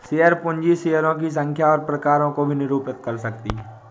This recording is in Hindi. शेयर पूंजी शेयरों की संख्या और प्रकारों को भी निरूपित कर सकती है